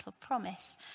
promise